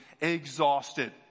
exhausted